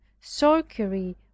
sorcery